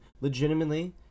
legitimately